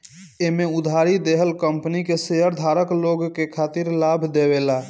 एमे उधारी देहल कंपनी के शेयरधारक लोग के खातिर लाभ देवेला